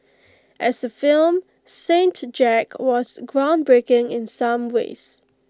as A film saint Jack was groundbreaking in some ways